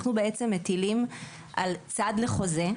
אנחנו בעצם מטילים על צד לחוזה,